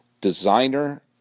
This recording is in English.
designer